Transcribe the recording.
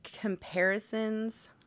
comparisons